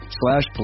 slash